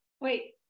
wait